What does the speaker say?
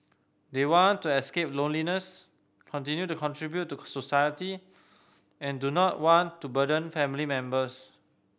they want to escape loneliness continue to contribute to society and do not want to burden family members